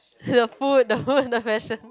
the food the food the fashion